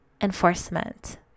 enforcement